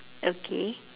okay